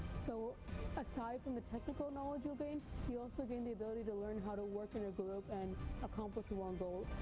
so aside from the technical knowledge you gain, you so gain the ability to learn how to work in a group and accomplish one goal.